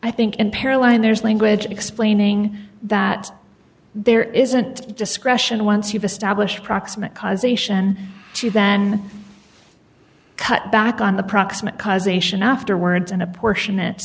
there's language explaining that there isn't discretion once you've established proximate cause ation she then cut back on the proximate cause ation afterwards and apportion it